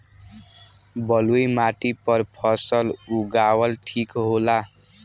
बलुई माटी पर फसल उगावल ठीक होला?